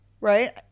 right